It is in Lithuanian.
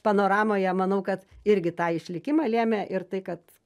panoramoje manau kad irgi tą išlikimą lėmė ir tai kad